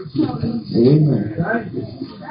Amen